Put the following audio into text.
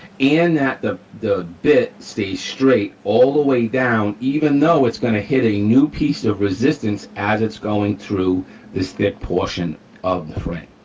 and that the the bit stays straight all the way down, even though it's gonna hit a new piece of resistance as it's going through this thick portion of the frame.